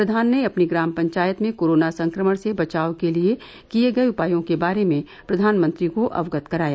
प्रधान ने अपनी ग्राम पंचायत में कोरोना संक्रमण से बचाव के लिये किये गये उपायों के बारे में प्रधानमंत्री को अवगत कराया